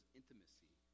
intimacy